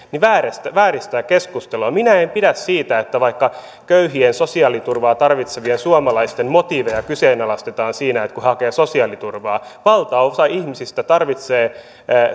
vääristää vääristää keskustelua minä en en pidä siitä että vaikka köyhien sosiaaliturvaa tarvitsevien suomalaisten motiiveja kyseenalaistetaan kun he hakevat sosiaaliturvaa valtaosa ihmisistä tarvitsee